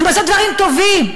הן עושות דברים טובים,